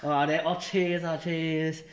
!wah! then all chase ah chase